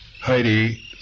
Heidi